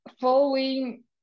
following